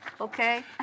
Okay